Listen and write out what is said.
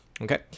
okay